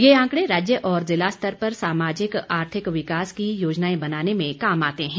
यह आंकड़े राज्य और जिला स्तर पर सामाजिक आर्थिक विकास की योजनाएं बनाने में काम आते हैं